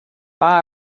buy